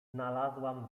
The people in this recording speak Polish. znalazłam